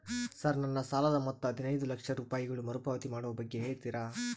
Sir ನನ್ನ ಸಾಲದ ಮೊತ್ತ ಹದಿನೈದು ಲಕ್ಷ ರೂಪಾಯಿಗಳು ಮರುಪಾವತಿ ಮಾಡುವ ಬಗ್ಗೆ ಹೇಳ್ತೇರಾ?